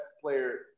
player